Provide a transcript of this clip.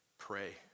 pray